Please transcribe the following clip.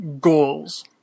goals